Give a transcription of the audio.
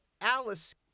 Alice